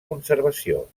conservació